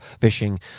fishing